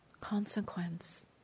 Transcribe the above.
consequence